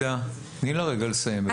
תנו לה לסיים.